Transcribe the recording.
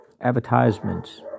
advertisements